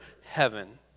heaven